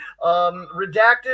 Redacted